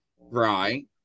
right